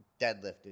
deadlifted